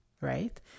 right